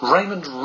Raymond